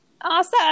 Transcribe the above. Awesome